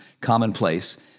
commonplace